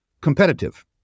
competitive